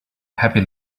happy